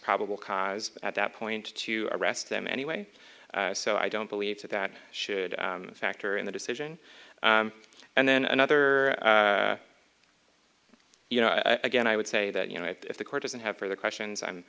probable cause at that point to arrest them anyway so i don't believe that that should factor in the decision and then another you know again i would say that you know if the court doesn't have further questions i'm